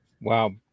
Wow